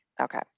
Okay